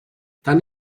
tant